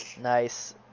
Nice